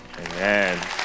Amen